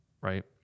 right